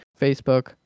Facebook